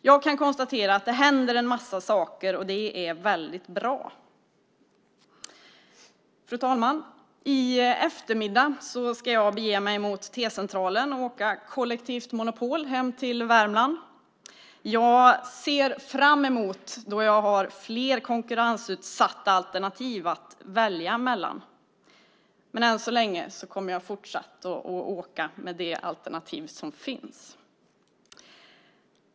Jag kan konstatera att det händer en massa saker, och det är bra. Fru talman! I eftermiddag ska jag bege mig till T-centralen och åka kollektivt monopol hem till Värmland. Jag ser fram emot att ha fler konkurrensutsatta alternativ att välja mellan. Än så länge åker jag med det alternativ som finns.